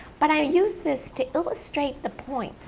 but i use this to illustrate the point.